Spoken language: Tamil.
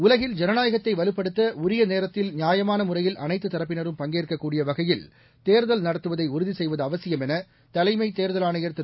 உலகில் ஜனநாயகத்தை வலுப்படுத்த உரிய நேரத்தில் நியாயமான முறையில் அனைத்துத் தரப்பினரும் பங்கேற்கக் கூடிய வகையில் தேர்தலல் நடத்துவதை உறுதி செய்வது அவசியம் என தலைமைத் தேர்தல் ஆணையர் திரு